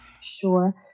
Sure